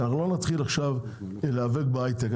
אנחנו לא נתחיל עכשיו להיאבק בהיי-טק.